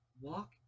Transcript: walk